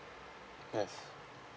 yes